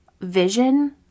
vision